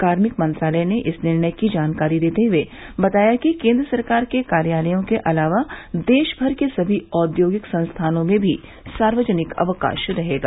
कार्मिक मंत्रालय ने इस निर्णय की जानकारी देते हुए बताया कि केन्द्र सरकार के कार्यालयों के अलावा देश भर के सभी औद्योगिक संस्थानों में भी सार्वजनिक अवकाश रहेगा